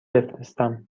بفرستم